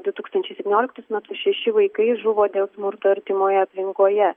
du tūkstančiai septynioliktus metus šeši vaikai žuvo dėl smurto artimoje aplinkoje